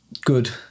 Good